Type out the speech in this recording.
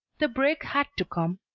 the break had to come.